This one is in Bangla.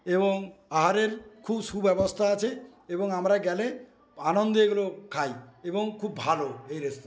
এবং আহারের খুব সুব্যবস্থা আছে এবং আমরা গেলে আনন্দে এগুলো খাই এবং খুব ভালো এই রেস্তোরাঁ